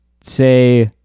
say